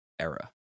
era